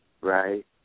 Right